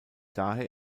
daher